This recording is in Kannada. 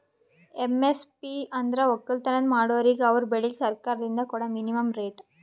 ಎಮ್.ಎಸ್.ಪಿ ಅಂದ್ರ ವಕ್ಕಲತನ್ ಮಾಡೋರಿಗ ಅವರ್ ಬೆಳಿಗ್ ಸರ್ಕಾರ್ದಿಂದ್ ಕೊಡಾ ಮಿನಿಮಂ ರೇಟ್